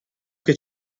che